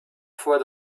fois